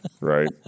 right